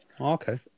Okay